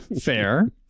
fair